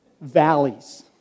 valleys